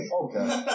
Okay